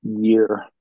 year